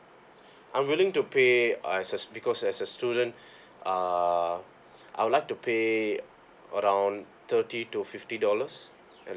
I'm willing to pay uh as a stu~ because as a student uh I would like to pay around thirty to fifty dollars at